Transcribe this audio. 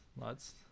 lots